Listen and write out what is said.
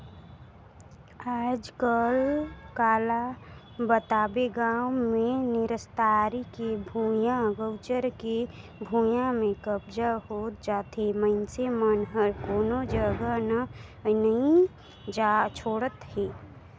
आजकल काला बताबे गाँव मे निस्तारी के भुइयां, गउचर के भुइयां में कब्जा होत जाथे मइनसे मन ह कोनो जघा न नइ छोड़त हे